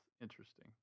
interesting